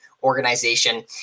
organization